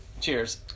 cheers